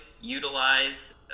utilize